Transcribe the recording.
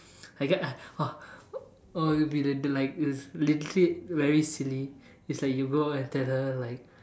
I get uh oh it would be like literally very silly it's like you go and tell her like